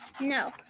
No